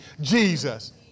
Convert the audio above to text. Jesus